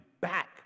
back